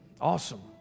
Awesome